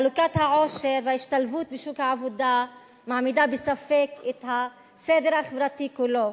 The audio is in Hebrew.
חלוקת העושר וההשתלבות בשוק העבודה מעמידות בספק את הסדר החברתי כולו.